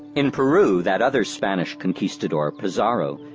in peru, that other spanish conquistador pizarro,